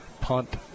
punt